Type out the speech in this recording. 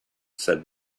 said